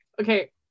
Okay